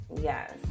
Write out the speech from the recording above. yes